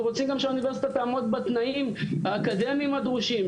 אנחנו רוצים גם שהאוניברסיטה תעמוד בתנאים האקדמיים הדרושים,